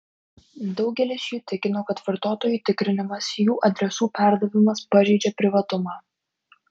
daugelis jų tikino kad vartotojų tikrinimas jų adresų perdavimas pažeidžia privatumą